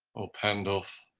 o pandulph,